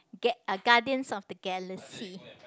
get uh Guardians of the Galaxy